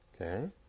Okay